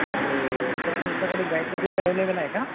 आणि सर तुमच्याकडे गाईचे दूध ॲवेलेबल आहे का